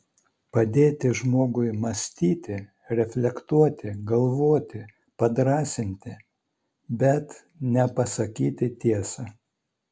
padėti žmogui mąstyti reflektuoti galvoti padrąsinti bet ne pasakyti tiesą